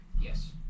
Yes